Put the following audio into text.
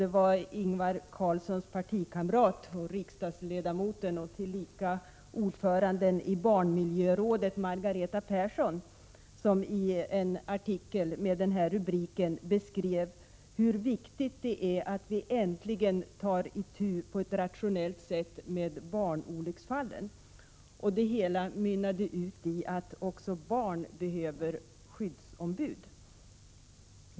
Det var Ingvar Carlssons partikamrat, riksdagsledamoten och tillika ordföranden i Barnmiljörådet, Margareta Persson, som i en artikel med den här rubriken beskrev hur viktigt det är att vi äntligen på ett rationellt sätt tar itu med barnolycksfallen. Det hela mynnade i att även barn behöver skyddsombud.